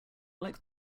like